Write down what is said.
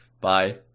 Bye